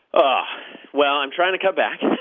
ah well, i'm trying to cut back.